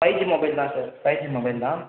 five G mobile தான் sir five G mobile தான்